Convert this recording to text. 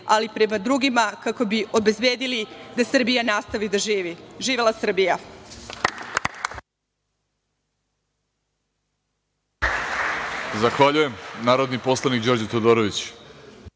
ali i prema drugima, kako bi obezbedili da Srbija nastavi da živi. Živela Srbija.